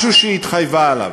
משהו שהיא התחייבה עליו.